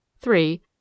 three